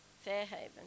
Fairhaven